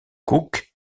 cook